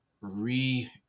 re